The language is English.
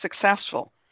successful